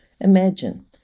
Imagine